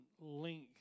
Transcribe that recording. link